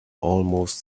almost